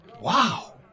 Wow